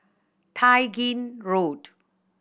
Tai Gin Road